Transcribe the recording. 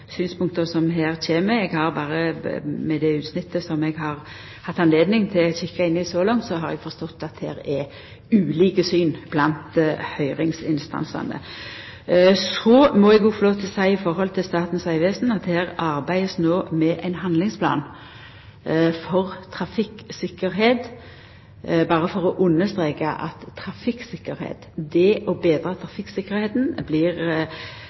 synspunkta som her kjem. Eg har, med det utsnittet som eg har hatt høve til å kikka på så langt, forstått at det er ulike syn blant høyringsinstansane. Så må eg òg få lov til å seia at i Statens vegvesen arbeider ein no med ein handlingsplan for trafikktryggleik – berre for å understreka at det å betra trafikktryggleiken blir